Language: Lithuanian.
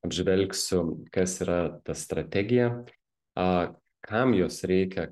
apžvelgsiu kas yra ta strategija a kam jos reikia